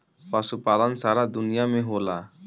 पशुपालन सारा दुनिया में होला